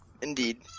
Indeed